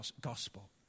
gospel